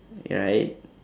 right